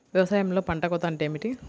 వ్యవసాయంలో పంట కోత అంటే ఏమిటి?